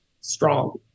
strong